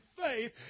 faith